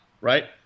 Right